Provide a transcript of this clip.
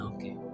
Okay